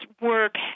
work